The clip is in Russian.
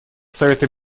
совета